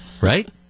Right